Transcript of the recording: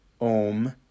Om